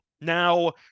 Now